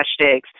hashtags